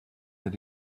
that